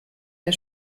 der